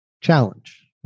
challenge